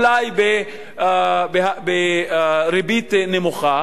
אולי בריבית נמוכה.